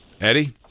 Eddie